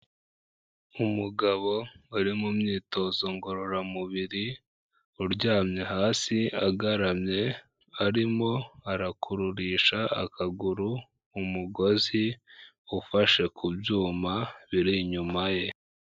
Umugabo uri mu myitozo ngororamubiri, uryamye hasi agaramye, arimo arakururisha akaguru umugozi ufashe ku byuma biri inyuma ye.